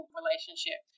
relationship